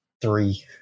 Three